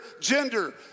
gender